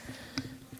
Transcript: יצחק אילוז.